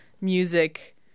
music